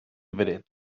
brett